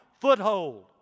foothold